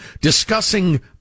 discussing